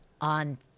on